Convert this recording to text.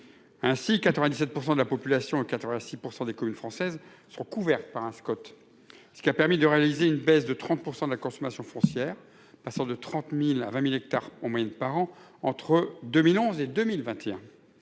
Ainsi 97% de la population a 86% des communes françaises sont couvertes par un Scott. Ce qui a permis de réaliser une baisse de 30% de la consommation foncière passant de 30.000 à 20.000 hectares en moyenne par an entre 2011 et 2021.